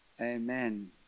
Amen